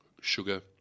sugar